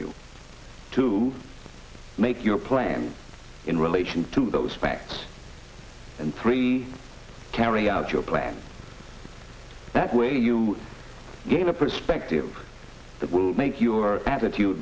you to make your plan in relation to those facts and three carry out your plan that way you gain a perspective that will make your attitude